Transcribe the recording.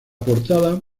portada